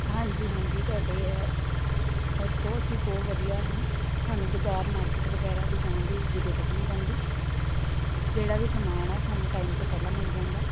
ਹਾਂਜੀ ਹਾਂਜੀ ਤੁਹਾਡੇ ਤੋਂ ਅਸੀਂ ਬਹੁਤ ਵਧੀਆ ਹੈ ਸਾਨੂੰ ਬਜ਼ਾਰ ਮਾਰਕੀਟ ਵਗੈਰਾ ਵੀ ਜਾਣ ਦੀ ਜ਼ਰੂਰਤ ਨਹੀਂ ਪੈਂਦੀ ਜਿਹੜਾ ਵੀ ਸਮਾਨ ਆ ਸਾਨੂੰ ਟਾਈਮ ਤੋਂ ਪਹਿਲਾਂ ਮਿਲ ਜਾਂਦਾ